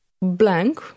blank